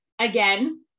Again